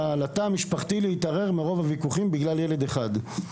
לתא המשפחתי שלנו להתערער מרוב הוויכוחים שנגרמו בגלל ילד אחד.